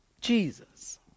Jesus